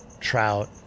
trout